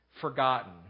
forgotten